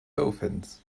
dolphins